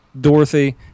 Dorothy